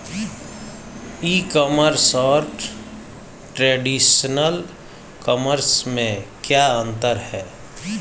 ई commerce और traditional commerce में क्या अंतर है?